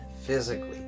physically